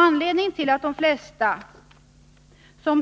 Anledningen till att de flesta kvinnor som